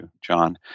John